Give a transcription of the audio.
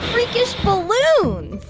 freakish balloons